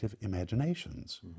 imaginations